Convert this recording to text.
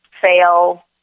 fail